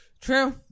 True